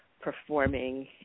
performing